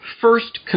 first